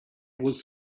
was